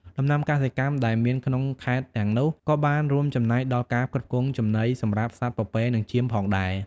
ដំណាំកសិកម្មដែលមានក្នុងខេត្តទាំងនោះ ក៏បានរួមចំណែកដល់ការផ្គត់ផ្គង់ចំណីសម្រាប់សត្វពពែនិងចៀមផងដែរ។